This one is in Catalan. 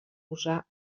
posar